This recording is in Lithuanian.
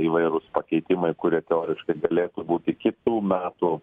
įvairūs pakeitimai kurie teoriškai galėtų būti kitų metų